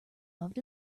loved